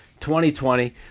2020